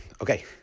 Okay